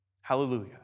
Hallelujah